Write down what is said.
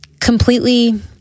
completely